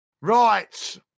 Right